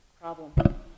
problem